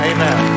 Amen